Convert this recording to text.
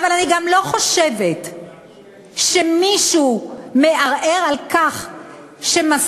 אבל אני גם לא חושבת שמישהו מערער על כך שמשכורות